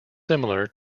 similar